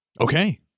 Okay